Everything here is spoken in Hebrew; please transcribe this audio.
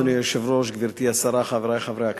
אדוני היושב-ראש, גברתי השרה, חברי חברי הכנסת,